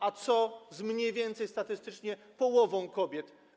A co z mniej więcej statystycznie połową kobiet?